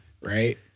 Right